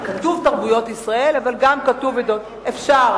כתוב "תרבויות ישראל", אבל גם כתוב "עדות" אפשר.